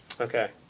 Okay